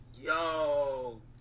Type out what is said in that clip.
Yo